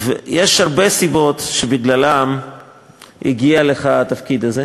יש הרבה סיבות שבגללן הגיע לך התפקיד הזה,